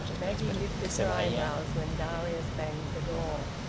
maggie lifted her eyebrows when darius banged the door.